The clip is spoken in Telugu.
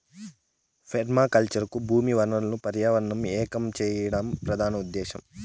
పెర్మాకల్చర్ కు భూమి వనరులను పర్యావరణంను ఏకం చేయడం ప్రధాన ఉదేశ్యం